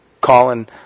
Colin